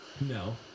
No